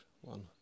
one